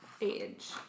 age